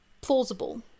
plausible